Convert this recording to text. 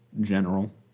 general